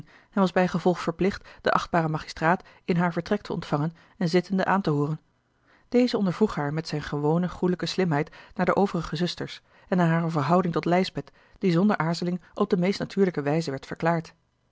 en was bijgevolg verplicht den achtbaren magistraat in haar vertrek te ontvangen en zittende aan te hooren deze ondervroeg haar met zijne gewone goêlijke slimheid naar de overige zusters en naar hare verhouding tot lijsbeth die zonder aarzeling op de meest natuurlijke wijze werd verklaard